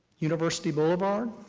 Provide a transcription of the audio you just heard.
university boulevard.